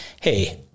Hey